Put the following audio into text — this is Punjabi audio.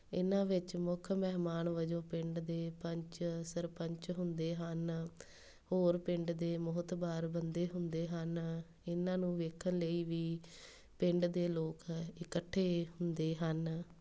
ਇਹਨਾਂ ਵਿੱਚ ਮੁੱਖ ਮਹਿਮਾਨ ਵਜੋਂ ਪਿੰਡ ਦੇ ਪੰਚ ਸਰਪੰਚ ਹੁੰਦੇ ਹਨ ਹੋਰ ਪਿੰਡ ਦੇ ਮੋਹਤਬਾਰ ਬੰਦੇ ਹੁੰਦੇ ਹਨ ਇਹਨਾਂ ਨੂੰ ਵੇਖਣ ਲਈ ਵੀ ਪਿੰਡ ਦੇ ਲੋਕ ਇਕੱਠੇ ਹੁੰਦੇ ਹਨ